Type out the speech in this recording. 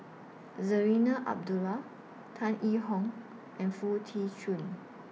Zarinah Abdullah Tan Yee Hong and Foo Tee Jun